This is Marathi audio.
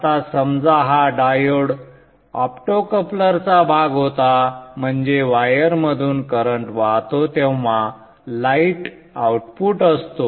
आता समजा हा डायोड ऑप्टोकपलरचा भाग होता म्हणजे वायरमधून करंट वाहतो तेव्हा लाईट आउटपुट असतो